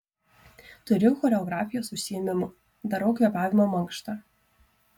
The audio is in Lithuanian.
turiu choreografijos užsiėmimų darau kvėpavimo mankštą